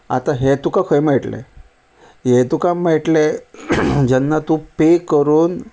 आतां हें तुका खंय मेळट्लें हें तुका मेळट्लें जेन्ना तूं पे करून